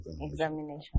Examination